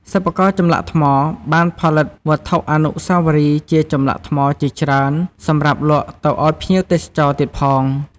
សិប្បករចម្លាក់ថ្ម បានផលិតវត្ថុអនុស្សាវរីយ៍ជាចម្លាក់ថ្មជាច្រើនសម្រាប់លក់ទៅឲ្យភ្ញៀវទេសចរទៀតផង។